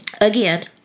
Again